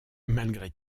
malgré